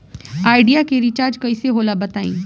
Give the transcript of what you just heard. Idea के recharge कइसे होला बताई?